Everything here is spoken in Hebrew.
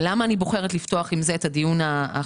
ולמה אני בוחרת לפתוח עם זה את הדברים שלי?